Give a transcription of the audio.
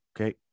Okay